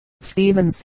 Stevens